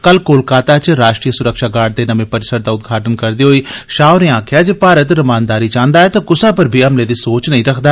कल कोलकाता च राष्ट्री सुरक्षा गार्ड दे नमें परिसर दा उद्घाटन करदे होई श्री शाह होरें आखेआ जे भारत रमानदारी चांह्दा ऐ ते कुसा पर बी हमले दी सोच नेई रक्खदा